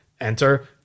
enter